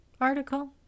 article